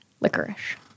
licorice